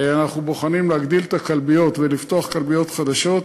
אנחנו בוחנים הגדלה של הכלביות ופתיחת כלביות חדשות.